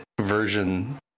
version